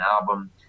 album